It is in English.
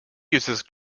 uses